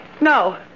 No